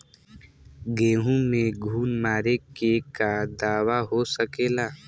गेहूँ में घुन मारे के का दवा हो सकेला?